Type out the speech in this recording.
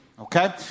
okay